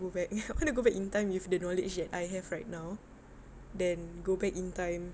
go back I want to go back in time with the knowledge that I have right now then go back in time